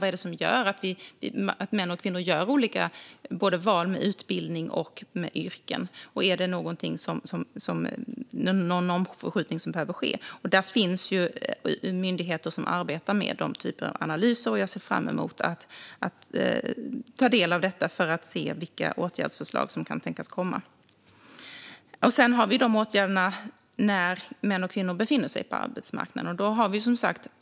Vad är det som gör att män och kvinnor gör olika val både när det gäller utbildning och yrken? Behöver någon förskjutning ske? Det finns myndigheter som arbetar med den typen av analyser, och jag ser fram emot att ta del av detta för att se vilka åtgärdsförslag som kan tänkas komma. Sedan har vi åtgärderna för män och kvinnor som befinner sig på arbetsmarknaden.